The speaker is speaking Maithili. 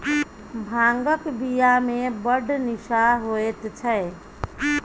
भांगक बियामे बड़ निशा होएत छै